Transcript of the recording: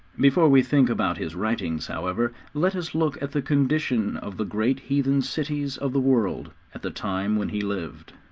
before we think about his writings, however, let us look at the condition of the great heathen cities of the world at the time when he lived.